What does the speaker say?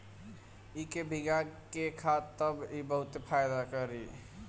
इके भीगा के खा तब इ बहुते फायदा करि